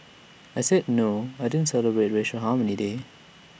I said no I didn't celebrate racial harmony day